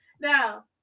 Now